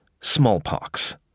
smallpox